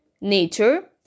nature